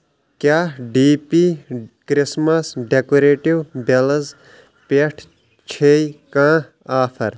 کیٛاہ D P Christmas decorative bells پٮ۪ٹھ چھے کانٛہہ آفر